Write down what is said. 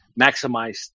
maximize